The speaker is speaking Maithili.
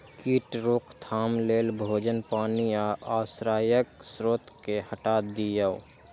कीट रोकथाम लेल भोजन, पानि आ आश्रयक स्रोत कें हटा दियौ